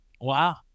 wow